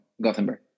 Gothenburg